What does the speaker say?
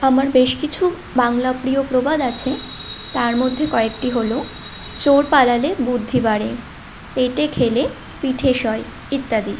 আমার বেশ কিছু বাংলা প্রিয় প্রবাদ আছে তার মধ্যে কয়েকটি হলো চোর পালালে বুদ্ধি বাড়ে পেটে খেলে পিঠে সয় ইত্যাদি